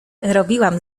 robiłam